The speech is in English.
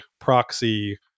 Proxy